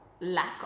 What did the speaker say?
lack